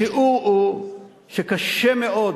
השיעור הוא שקשה מאוד